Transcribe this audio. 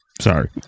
Sorry